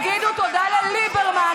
תגידו תודה לליברמן.